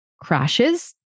crashes